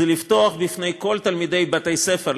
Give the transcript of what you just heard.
זה לפתוח לפני כל תלמידי בתי-הספר,